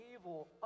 evil